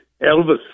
Elvis